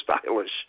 stylish